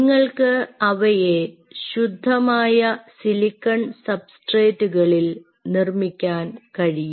നിങ്ങൾക്ക് അവയെ ശുദ്ധമായ സിലിക്കൺ സബ്സ്ട്രേറ്റുകളിൽ നിർമ്മിക്കാൻ കഴിയും